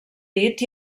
dit